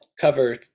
cover